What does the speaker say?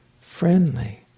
friendly